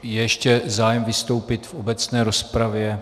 Je ještě zájem vystoupit v obecné rozpravě?